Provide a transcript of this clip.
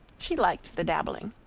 she liked the dabbling.